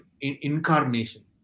incarnation